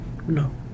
No